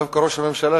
דווקא ראש הממשלה,